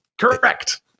Correct